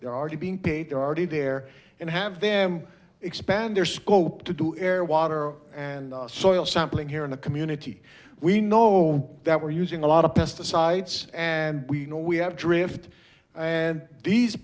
they're already being paid already there and have them expand their scope to do air water and soil sampling here in the community we know that we're using a lot of pesticides and we know we have drift and these